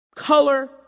color